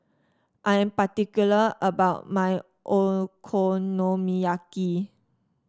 I am particular about my Okonomiyaki